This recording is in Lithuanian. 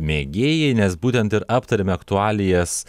mėgėjai nes būtent ir aptariame aktualijas